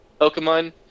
Pokemon